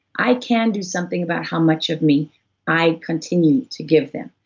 i can do something about how much of me i continue to give them.